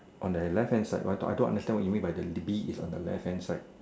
on the left hand side I don't I don't understand what you mean by the bee is on the left hand side